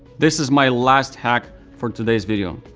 this is my last hack for today's video.